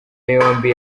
yombi